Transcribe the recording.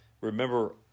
Remember